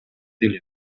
элем